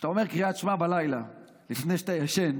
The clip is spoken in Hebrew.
כשאתה אומר קריאת "שמע" בלילה לפני שאתה ישן,